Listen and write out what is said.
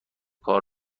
کار